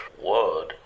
word